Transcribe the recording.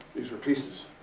these were pieces.